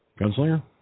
Gunslinger